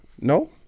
No